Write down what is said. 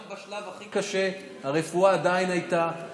גם בשלב הכי קשה הרפואה עדיין הייתה,